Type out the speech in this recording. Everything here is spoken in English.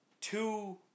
two